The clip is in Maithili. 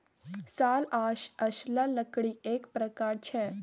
साल आ असला लकड़ीएक प्रकार छै